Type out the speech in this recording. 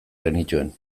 genituen